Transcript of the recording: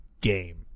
game